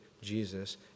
Jesus